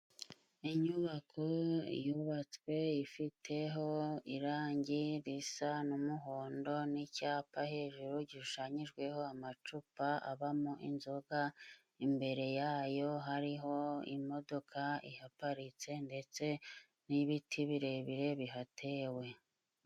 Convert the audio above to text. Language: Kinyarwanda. Inyubako yubatswe ifiteho irangi risa n'umuhondo n'icyapa hejuru gishushanyijweho amacupa abamo inzoga, imbere yayo hariho imodoka ihaparitse ndetse n'ibiti birebire bihatewe.